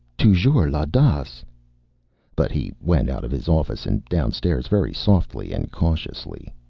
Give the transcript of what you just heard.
toujours l'audace! but he went out of his office and downstairs very softly and cautiously.